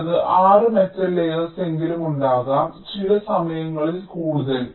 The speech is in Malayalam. കുറഞ്ഞത് 6 മെറ്റൽ ലേയേർസ് എങ്കിലും ഉണ്ടാകാം ചില സമയങ്ങളിൽ കൂടുതൽ